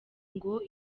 ngo